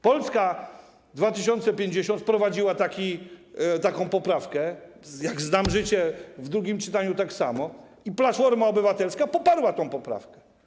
Polska 2050 wprowadziła taką poprawkę, jak znam życie, w drugim czytaniu tak samo, i Platforma Obywatelska poparła tę poprawkę.